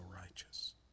righteous